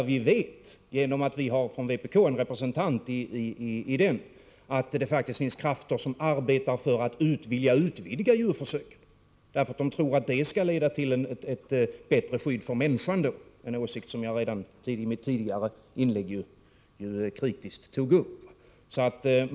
Vi vet, genom att vpk har en representant i kommissionen, att det faktiskt finns krafter som arbetar för att utvidga djurförsöken, därför att de tror att det skall leda till ett bättre skydd för människan, en åsikt som jag var kritisk emot redan i mitt tidigare inlägg.